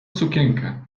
sukienkę